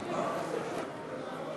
מה לך ולתכנון